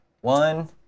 One